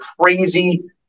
crazy